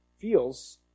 feels